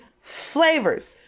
flavors